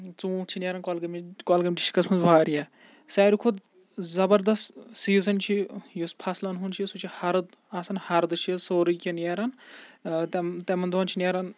ژوٗنٛٹھۍ چِھ نیران کۅلہٕ گٲمِس کۅلہٕ گام ڈِسٹرکَس منٛز وارِیاہ سٲری کھۄتہٕ زَبَردَس سیٖزٕن چھُ یُس فَصلن ہُنٛد چھُ سُہ چھُ ہَرُد آسان ہَردٕ چھُ سورُے کیٚنٛہہ نیران تَمہِ تِمَن دۄہَن چھِ نیران